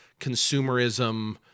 consumerism